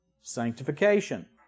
sanctification